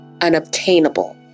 unobtainable